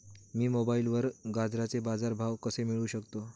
मी मोबाईलवर गाजराचे बाजार भाव कसे मिळवू शकतो?